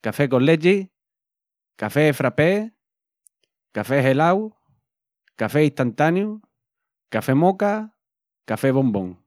café con lechi, café frappé, café gelau, café istantaniu, café moka, café bombón.